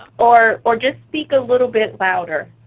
or or just speak a little bit louder.